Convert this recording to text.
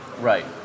Right